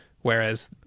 whereas